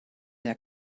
der